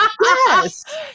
Yes